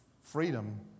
Freedom